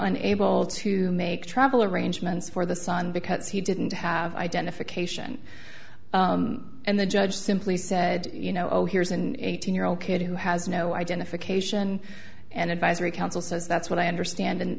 unable to make travel arrangements for the son because he didn't have identification and the judge simply said you know here's an eighteen year old kid who has no identification and advisory council says that's what i understand